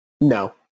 No